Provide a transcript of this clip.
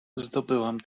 zdobyłam